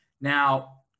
Now